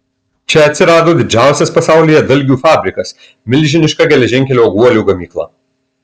čia atsirado didžiausias pasaulyje dalgių fabrikas milžiniška geležinkelio guolių gamykla